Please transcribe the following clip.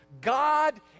God